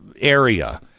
area